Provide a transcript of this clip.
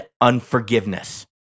unforgiveness